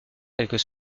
quelques